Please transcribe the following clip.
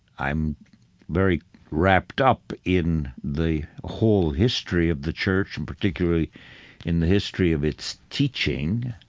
i'm very wrapped up in the whole history of the church and particularly in the history of its teaching,